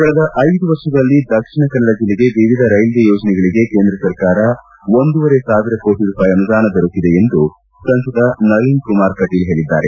ಕಳೆದ ಐದು ವರ್ಷಗಳಲ್ಲಿ ದಕ್ಷಿಣ ಕನ್ನಡ ಜಿಲ್ಲೆಗೆ ವಿವಿಧ ರೈಲ್ವೆ ಯೋಜನೆಗಳಿಗೆ ಕೇಂದ್ರ ಸರ್ಕಾರದಿಂದ ಒಂದೂವರೆ ಸಾವಿರ ಕೋಟ ರೂಪಾಯಿ ಅನುದಾನ ದೊರಕಿದೆ ಎಂದು ಸಂಸದ ನಳಿನ್ ಕುಮಾರ್ ಕಟೀಲ್ ಹೇಳಿದ್ದಾರೆ